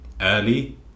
early